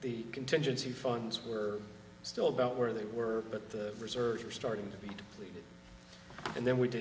the contingency funds were still about where they were but the reserves are starting to be depleted and then we did